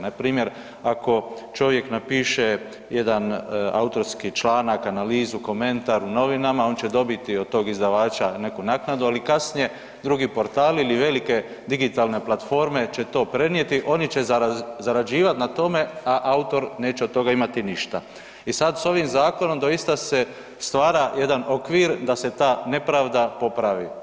Npr. ako čovjek napiše jedan autorski članak, analizu, komentar u novinama, on će dobiti od tog izdavača neku naknadu, ali kasnije drugi portali ili velike digitalne platforme će to prenijeti, oni će zarađivati na tome, a autor neće od toga imati ništa i sad s ovim zakonom doista se stvara jedan okvir da se ta nepravda popravi.